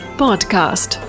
podcast